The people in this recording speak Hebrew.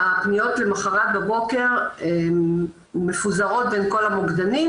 והפניות למחרת בבוקר מפוזרות בין כל המוקדנים